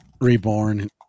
reborn